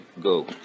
go